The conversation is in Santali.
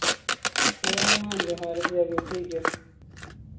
ᱦᱮᱸ ᱢᱟ ᱡᱚᱸᱦᱟᱨ ᱴᱷᱤᱠ ᱜᱮᱭᱟ